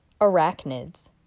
Arachnids